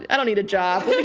i don't need a job.